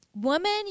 Woman